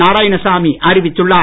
நாராயணசாமி அறிவித்துள்ளார்